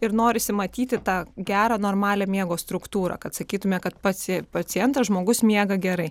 ir norisi matyti tą gerą normalią miego struktūrą kad sakytume kad pacientas žmogus miega gerai